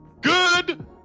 good